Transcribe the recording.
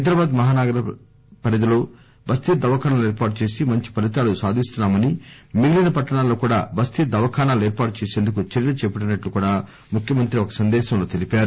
హైదరాబాద్ మహానగర పరిధిలో బస్తీ దవాఖానాలు ఏర్పాటుచేసి మంచి ఫలితాలు సాధిస్తున్నామని మిగిలిన పట్టణాలలో కూడా బస్తీ దవాఖానాలు ఏర్పాటు చేసేందుకు చర్యలు చేపట్టినట్టు ముఖ్యమంత్రి తమ సందేశంలో తెలిపారు